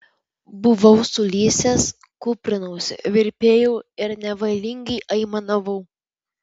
buvau sulysęs kūprinausi virpėjau ir nevalingai aimanavau